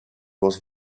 was